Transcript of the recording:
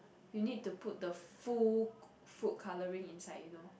you need to put the full food coloring inside you know